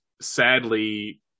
sadly